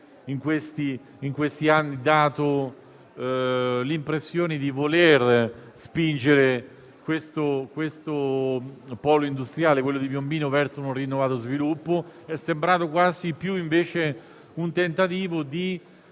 in questi anni non ha dato l'impressione di voler spingere il polo industriale di Piombino verso un rinnovato sviluppo. È sembrato quasi più un tentativo di